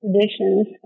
traditions